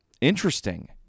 Interesting